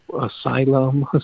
asylum